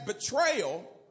betrayal